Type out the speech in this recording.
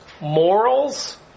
morals